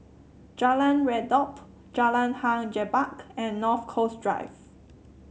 Jalan Redop Jalan Hang Jebat and North Coast Drive